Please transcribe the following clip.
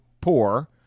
poor